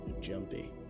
Jumpy